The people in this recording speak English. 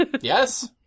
Yes